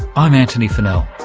i'm antony funnell